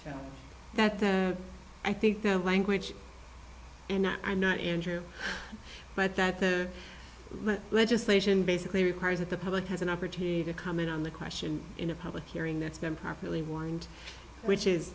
have that i think the language and i'm not injured but that the legislation basically requires that the public has an opportunity to comment on the question in a public hearing that's been properly wind which is